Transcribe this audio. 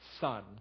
Son